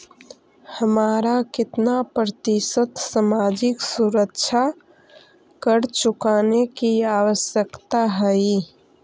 हमारा केतना प्रतिशत सामाजिक सुरक्षा कर चुकाने की आवश्यकता हई